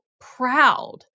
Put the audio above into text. proud